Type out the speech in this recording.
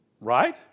Right